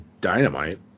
Dynamite